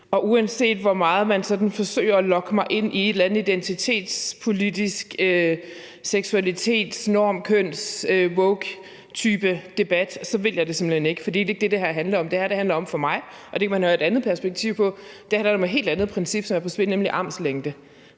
og uanset hvor meget man sådan forsøger at lokke mig ind i et eller andet, der handler om identitetspolitik, seksualitetsnormer og wokeagtig debat, vil jeg det simpelt hen ikke, for det er ikke det, det her handler om. Det her handler for mig om – og det kan man jo have et andet perspektiv på – et helt andet princip, som er på spil, nemlig armslængde.